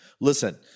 Listen